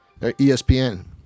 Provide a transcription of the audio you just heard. ESPN